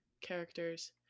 characters